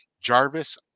Jarvis